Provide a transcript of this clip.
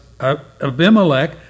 Abimelech